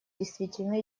действительно